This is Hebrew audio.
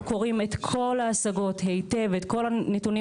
אנחנו קוראים את כל ההשגות היטב ואת כל הנתונים